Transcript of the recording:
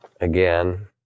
Again